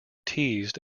teased